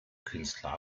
künstler